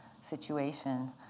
situation